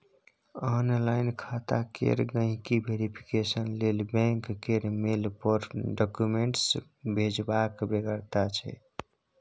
online खाता केर गांहिकी वेरिफिकेशन लेल बैंक केर मेल पर डाक्यूमेंट्स भेजबाक बेगरता छै